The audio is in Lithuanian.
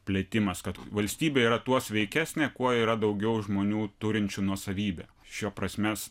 plėtimas kad valstybė yra tuo sveikesnė kuo yra daugiau žmonių turinčių nuosavybę šio prasmės